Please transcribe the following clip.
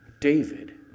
David